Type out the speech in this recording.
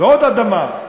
ועוד אדמה,